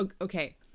Okay